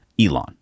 Elon